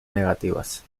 negativas